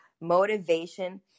Motivation